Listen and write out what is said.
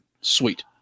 Sweet